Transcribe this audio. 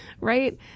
right